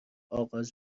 آغاز